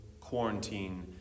quarantine